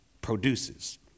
produces